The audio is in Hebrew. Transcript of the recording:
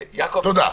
תודה.